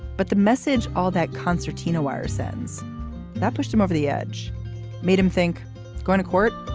but the message all that concertina wire sends that pushed him over the edge made him think going to court.